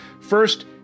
First